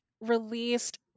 released